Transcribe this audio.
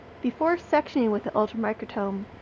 before sectioning with an ultramicrotome,